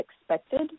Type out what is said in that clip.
expected